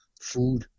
food